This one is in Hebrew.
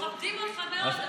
לעבוד ולשלם מיסים,